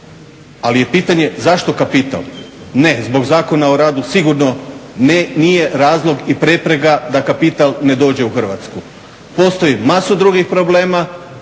ali je pitanje zašto kapital? Ne zbog Zakona o radu sigurno nije razlog i prepreka da kapital dođe u Hrvatsku. postoji masu drugih problema,